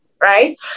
right